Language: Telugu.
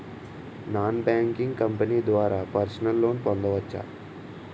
నాన్ బ్యాంకింగ్ కంపెనీ ద్వారా పర్సనల్ లోన్ పొందవచ్చా?